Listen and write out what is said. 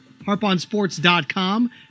Harponsports.com